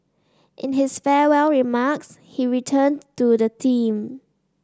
in his farewell remarks he returned to the theme